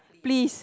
please